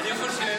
אני יכול שאלה?